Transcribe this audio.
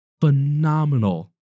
phenomenal